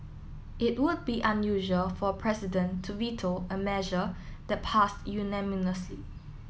it would be unusual for a president to veto a measure that passed unanimously